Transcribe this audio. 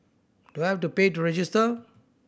do I have to pay to register